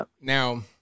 now